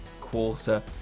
quarter